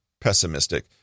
pessimistic